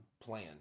plan